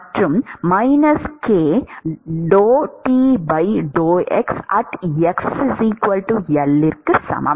மற்றும் கழித்தல் க்கு சமம்